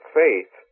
faith